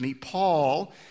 Paul